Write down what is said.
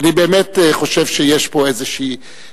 אני באמת חושב שיש פה איזושהי,